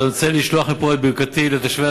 אז אני רוצה לשלוח מפה את ברכתי לתושבי